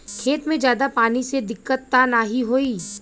खेत में ज्यादा पानी से दिक्कत त नाही होई?